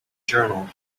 journal